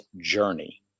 journey